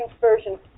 Version